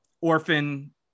orphan